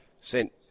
sent